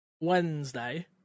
Wednesday